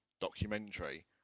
documentary